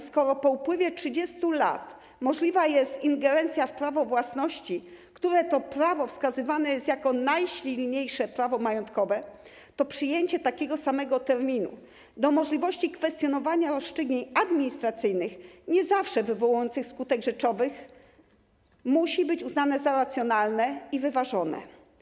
Skoro po upływie 30 lat możliwa jest ingerencja w prawo własności, które to prawo wskazywane jest jako najsilniejsze prawo majątkowe, to przyjęcie takiego samego terminu do możliwości kwestionowania rozstrzygnięć administracyjnych - nie zawsze wywołujących skutek rzeczowy - musi być uznane za racjonalne i wyważone.